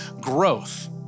growth